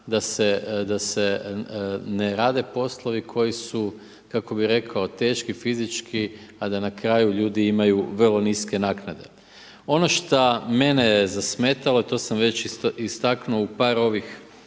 da se ne rade poslovi koji su kako bi rekao, teški, fizički, a da na kraju ljudi imaju vrlo niske naknade. Ono šta mene je zasmetalo a to već istaknuo u par ovih